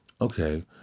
okay